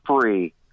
free